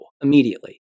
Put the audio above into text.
immediately